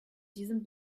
diesem